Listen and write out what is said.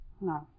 no